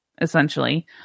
essentially